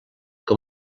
com